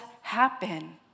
happen